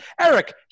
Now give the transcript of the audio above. eric